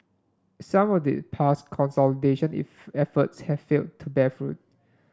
some of the past consolidation efforts have failed to bear fruit